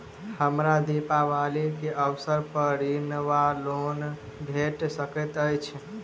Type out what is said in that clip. हमरा दिपावली केँ अवसर पर ऋण वा लोन भेट सकैत अछि?